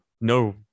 no